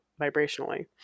vibrationally